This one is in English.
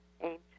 ancient